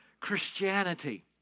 Christianity